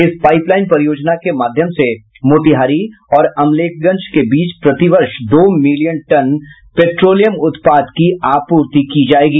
इस पाईपलाईन परियोजना के माध्यम से मोतिहारी और अमलेखगंज के बीच प्रति वर्ष दो मिलियन टन पेट्रोलियम उत्पाद की आपूर्ति की जायेगी